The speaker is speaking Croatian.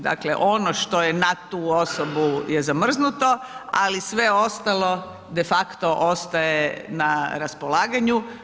Dakle ono što je na tu osobu je zamrznuto, ali sve ostalo de facto ostaje na raspolaganju.